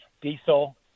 diesel